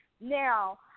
Now